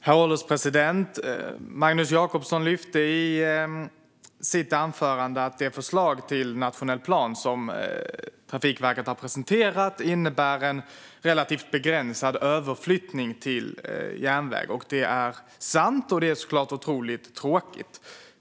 Herr ålderspresident! Magnus Jacobsson lyfte i sitt anförande fram att det förslag till nationell plan som Trafikverket har presenterat innebär en relativt begränsad överflyttning till järnväg. Det är sant, och det är såklart otroligt tråkigt.